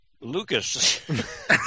Lucas